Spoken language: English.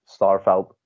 Starfelt